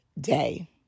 day